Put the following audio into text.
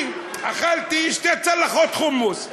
אני אכלתי שתי צלחות חומוס.